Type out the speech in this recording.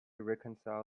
reconcile